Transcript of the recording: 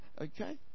Okay